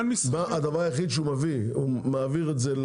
הדבר היחיד שהוא מביא הוא מעביר את זה,